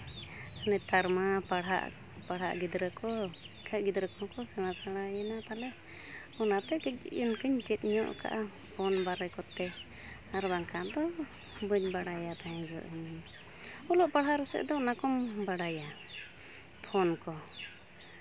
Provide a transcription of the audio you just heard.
ᱱᱮᱛᱟᱨ ᱢᱟ ᱯᱟᱲᱦᱟᱜ ᱯᱟᱲᱦᱟᱜ ᱜᱤᱫᱽᱨᱟᱹ ᱠᱚ ᱠᱷᱟᱡ ᱜᱤᱫᱽᱨᱟᱹ ᱠᱚᱠᱚ ᱥᱮᱬᱟ ᱥᱮᱬᱟᱭᱮᱱᱟ ᱛᱟᱞᱮ ᱚᱱᱟᱛᱮ ᱠᱟᱹᱡ ᱚᱱᱠᱟᱧ ᱪᱮᱫ ᱧᱚᱜ ᱠᱟᱱᱟ ᱯᱷᱳᱱ ᱵᱟᱨᱮ ᱠᱚᱛᱮ ᱟᱨ ᱵᱟᱝᱠᱷᱟᱱ ᱫᱚ ᱵᱟᱹᱧ ᱵᱟᱲᱟᱭᱟ ᱛᱟᱦᱮᱸ ᱡᱚᱜ ᱚᱞᱚᱜ ᱯᱟᱲᱦᱟᱜ ᱥᱮᱫ ᱫᱚ ᱚᱱᱟ ᱠᱚᱢ ᱵᱟᱲᱟᱭᱟ ᱯᱷᱳᱱ ᱠᱚ